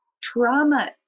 Trauma